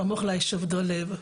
סמוך ליישוב דולב.